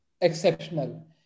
exceptional